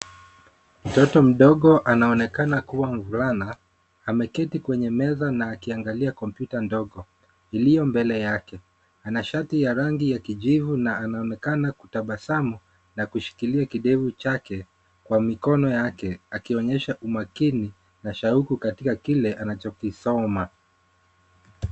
Mtoto mdogo anaonekana kuwa mvulana ameketi kwenye meza na akiangalia kompyuta ndogo iliyo mbele yake. Ana shati ya rangi ya kijivu na anaonekana kutabasamu na kushikilia kidevu chake kwa mikono yake akionyesha umakini na shauku katika kile anachokisoma.